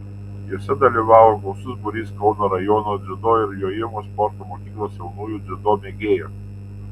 jose dalyvavo gausus būrys kauno rajono dziudo ir jojimo sporto mokyklos jaunųjų dziudo mėgėjų